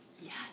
Yes